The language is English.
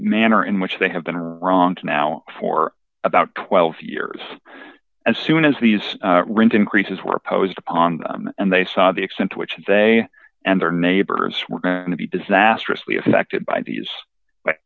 manner in which they have been wronged now for about twelve years as soon as these rent increases were posed on them and they saw the extent to which they and their neighbors were going to be disastrously affected by these